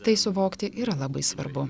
tai suvokti yra labai svarbu